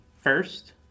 first